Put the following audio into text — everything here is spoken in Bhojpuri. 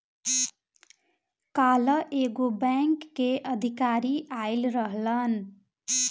काल्ह एगो बैंक के अधिकारी आइल रहलन